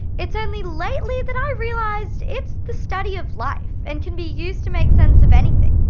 it's only lately that i realised it's the study of life and can be used to make sense of anything.